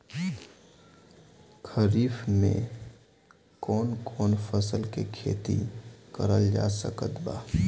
खरीफ मे कौन कौन फसल के खेती करल जा सकत बा?